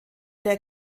der